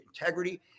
integrity